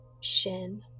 shin